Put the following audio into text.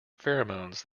pheromones